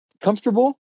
comfortable